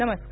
नमस्कार